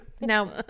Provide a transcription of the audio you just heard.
Now